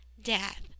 death